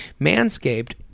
Manscaped